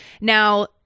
Now